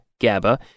GABA